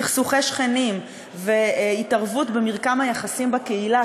סכסוכי שכנים והתערבות במרקם היחסים בקהילה,